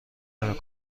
نمی